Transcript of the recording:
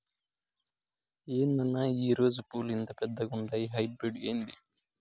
ఏందన్నా ఈ రోజా పూలు ఇంత పెద్దగుండాయి హైబ్రిడ్ ఏంది